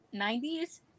90s